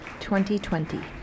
2020